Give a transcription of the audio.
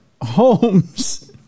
homes